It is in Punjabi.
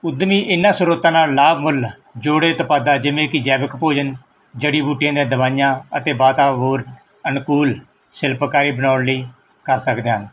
ਉਦਮੀ ਇਹਨਾਂ ਸਰੋਤਾਂ ਨਾਲ ਲਾਭ ਮੁੱਲ ਜੋੜੇ ਉਤਪਾਦਾਂ ਜਿਵੇਂ ਕਿ ਜੈਵਿਕ ਭੋਜਨ ਜੜੀ ਬੂਟੀਆਂ ਦੀਆਂ ਦਵਾਈਆਂ ਅਤੇ ਵਾਤਾਵਰਨ ਅਨੁਕੂਲ ਸ਼ਿਲਪਕਾਰੀ ਬਣਾਉਣ ਲਈ ਕਰ ਸਕਦੇ ਹਨ